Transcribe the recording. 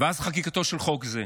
ואז חקיקתו של חוק זה,